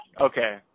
Okay